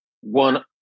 one